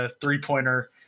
three-pointer